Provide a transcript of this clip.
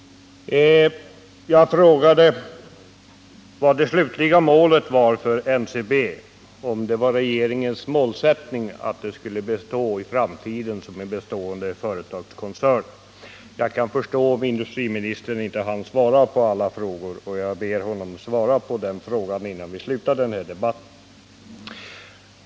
Jag frågade om det var regeringens målsättning att NCB skulle bestå i framtiden som en företagskoncern. Jag förstår att industriministern inte hann svara på alla frågor, men jag ber honom svara på den frågan innan vi slutar den här debatten.